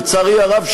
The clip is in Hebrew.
לצערי הרב,